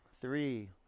three